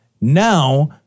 Now